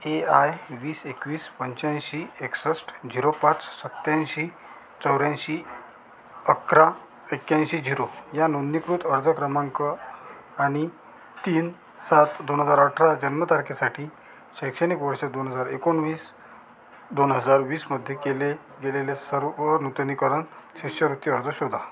ए I वीस एकवीस पंच्याऐंशी एकसष्ट झिरो पाच सत्त्याऐंशी चौऱ्याऐंशी अकरा एक्याऐंशी झिरो ह्या नोंदणीकृत अर्ज क्रमांक आणि तीन सात दोन हजार अठरा जन्मतारखेसाठी शैक्षणिक वर्ष दोन हजार एकोणवीस दोन हजार वीसमध्ये केले गेलेले सर्व नूतनीकरण शिष्यवृत्ती अर्ज शोधा